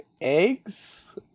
Eggs